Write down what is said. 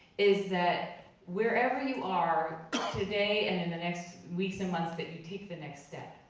is that wherever you are today and in the next weeks and months, that you take the next step.